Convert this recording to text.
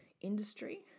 industry